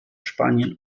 spanien